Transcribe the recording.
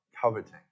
coveting